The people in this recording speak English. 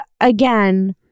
again